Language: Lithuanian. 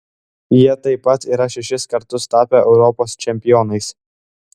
jie taip pat yra šešis kartus tapę europos čempionais